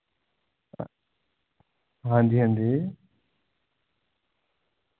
हां जी हां जी